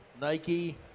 Nike